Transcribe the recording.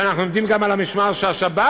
ואנחנו עומדים גם על המשמר שהשבת,